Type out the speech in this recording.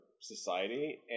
society